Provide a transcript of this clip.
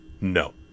no